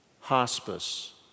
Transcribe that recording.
hospice